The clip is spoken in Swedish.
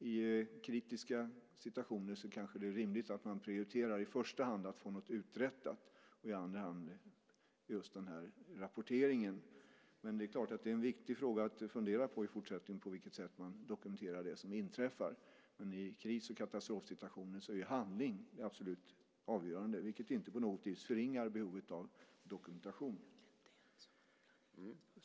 I kritiska situationer är det kanske rimligt att man i första hand prioriterar att få något uträttat och i andra hand just den här rapporteringen. Men det är klart att det är en viktig fråga att fundera på i fortsättningen på vilket sätt man dokumenterar det som inträffar. Men i kris och katastrofsituationer är handling det absolut avgörande, vilket inte på något vis förringar behovet av dokumentation.